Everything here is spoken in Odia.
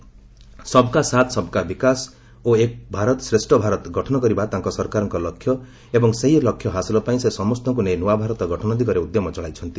'ସବ୍କା ସାଥି ସବ୍କା ବିକାଶ' ଓ 'ଏକ ଭାରତ ଶ୍ରେଷ୍ଠ ଭାରତ' ଗଠନ କରିବା ତାଙ୍କ ସରକାରଙ୍କ ଲକ୍ଷ୍ୟ ଏବଂ ସେହି ଲକ୍ଷ୍ୟ ହାସଲପାଇଁ ସେ ସମସ୍ତଙ୍କୁ ନେଇ ନୂଆ ଭାରତ ଗଠନ ଦିଗରେ ଉଦ୍ୟମ ଚଳାଇଛନ୍ତି